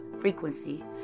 frequency